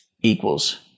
equals